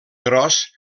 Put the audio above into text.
gros